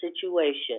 situation